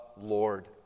Lord